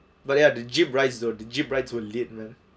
but ya the jeep rides though the jeep rides will lead man